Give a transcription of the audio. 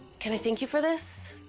can i thank you for this?